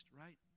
right